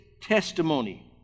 testimony